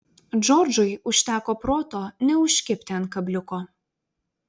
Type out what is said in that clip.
džordžui užteko proto neužkibti ant kabliuko